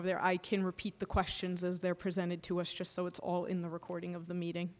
over there i can repeat the questions as they're presented to us just so it's all in the recording of the meeting